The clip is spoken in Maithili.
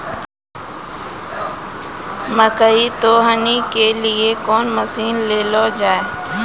मकई तो हनी के लिए कौन मसीन ले लो जाए?